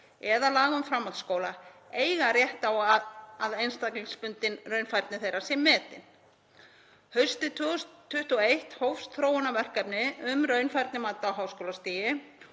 eða laga um framhaldsskóla eiga rétt á að einstaklingsbundin raunfærni þeirra sé metin. Haustið 2021 hófst þróunarverkefni um raunfærnimat á háskólastigi,